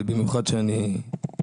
זה